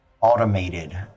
automated